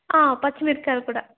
పచ్చిమిరక్కాయలు కూడా